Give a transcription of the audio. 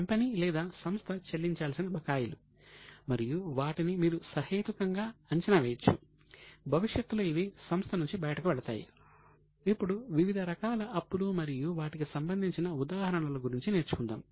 company లేదా సంస్థ చెల్లించాల్సిన బకాయిలు మరియు వాటిని మీరు సహేతుకంగా అంచనా వేయవచ్చు భవిష్యత్తులో ఇవి సంస్థ నుంచి బయటకు వెళతాయి ఇప్పుడు వివిధ రకాల అప్పులు మరియు వాటికి సంబంధించిన ఉదాహరణలు గురించి నేర్చుకుందాం